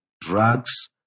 drugs